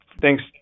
thanks